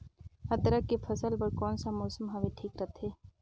अदरक के फसल बार कोन सा मौसम हवे ठीक रथे?